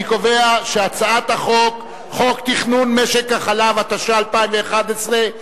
אני קובע שחוק תכנון משק החלב, התשע"א 2011,